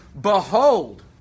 behold